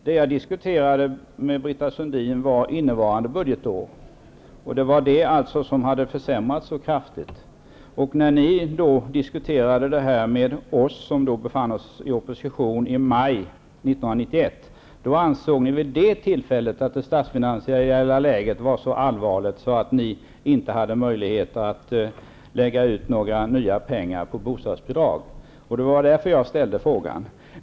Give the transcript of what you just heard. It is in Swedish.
Herr talman! Det jag diskuterar med Britta Sundin är innevarande budgetår. Läget har försämrats kraftigt. När ni diskuterade detta med oss i maj 1991 då vi befann oss i opposition, ansåg ni att det statsfinansiella läget vid det tillfället var så allvarligt att ni inte hade möjlighet att lägga några nya pengar på bostadsbidrag. Därför ställde jag min fråga.